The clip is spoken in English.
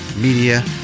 media